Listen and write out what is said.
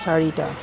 চাৰিটা